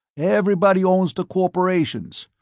everybody owns the corporations.